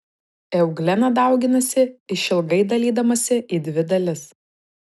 euglena dauginasi išilgai dalydamasi į dvi dalis